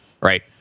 right